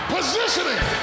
Positioning